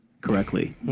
correctly